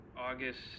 August